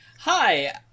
Hi